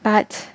but